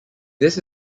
this